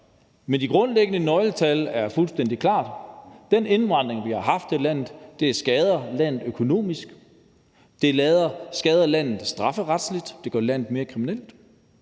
Men de grundlæggende nøgletal er fuldstændig klare: Den indvandring, vi har haft til landet, skader landet økonomisk, skader landet strafferetsligt, og den gør landet mere kriminelt.